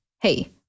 Hey